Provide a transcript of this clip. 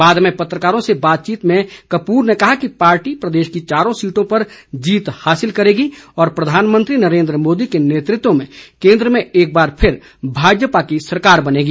बाद में पत्रकारों के साथ बातचीत में कपूर ने कहा कि पार्टी प्रदेश की चारों सीटों पर जीत हासिल करेगी और प्रधानमंत्री नरेन्द्र मोदी के नेतृत्व में केंद्र में एक बार फिर भाजपा की सरकार बनेगी